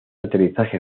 aterrizaje